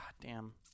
goddamn